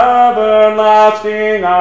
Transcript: everlasting